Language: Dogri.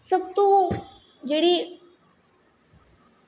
सब तू जेह्ड़ी